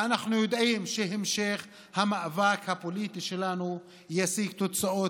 ואנחנו יודעים שהמשך המאבק הפוליטי שלנו ישיג תוצאות,